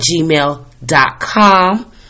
gmail.com